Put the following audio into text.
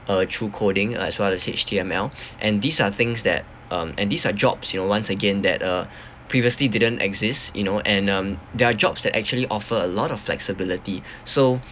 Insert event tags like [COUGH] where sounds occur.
uh through coding uh as well as H_T_M_L [BREATH] and these are things that um and these are jobs you know once again that uh previously didn't exist you know and um they are jobs that actually offer a lot of flexibility [BREATH] so